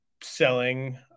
selling